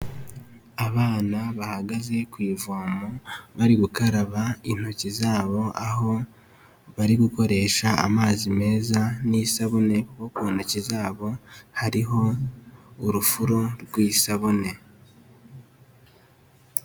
Abana bahagaze ku ivomo bari gukaraba intoki zabo, aho bari gukoresha amazi meza n'isabune kuko ku ntoki zabo hariho urufuro rw'isabune.